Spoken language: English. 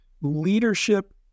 leadership